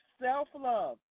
self-love